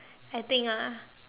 I think ah